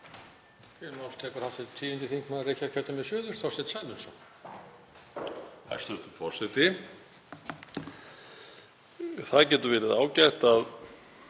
Það getur verið ágætt að